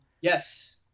Yes